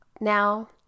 Now